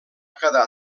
quedar